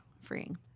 freeing